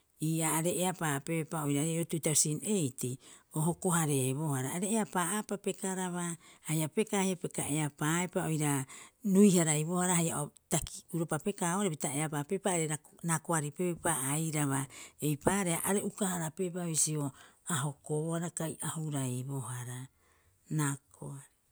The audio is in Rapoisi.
Ii'aa aarei eapaapepa oiraaarei tuutausin eiti, o hoko- hareebohara, are eapaa'aapa pekaraba haia pekaa haia peka eapaaepa oira rui- haraibohara haia o taki'uropa pekaa are ra- raakoaripeupa airaba, eipaareha are uka- harapeepa bisio, a hokobohara kai a huraibohara. Raakoari.